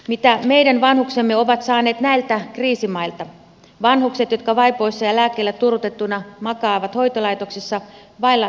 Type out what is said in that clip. mitä meidän vanhuksemme ovat saaneet näiltä kriisimailta vanhukset jotka vaipoissa ja lääkkeillä turrutettuina makaavat hoitolaitoksissa vailla tarpeellista hoitoa